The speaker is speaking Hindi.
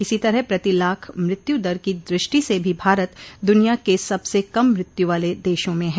इसी तरह प्रति लाख मृत्यु दर की दृष्टि से भी भारत दुनिया के सबसे कम मृत्यु वाले देशों में है